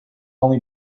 only